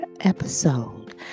episode